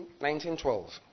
1912